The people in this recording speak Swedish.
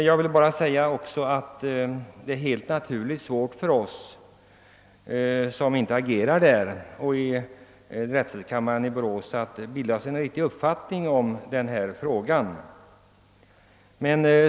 Jag vill bara säga att det helt naturligt är svårt för oss, som inte agerar i stadsfullmäktige eller i drätselkammaren i Borås, att bilda oss en riktig uppfattning om denna fråga.